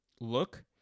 Look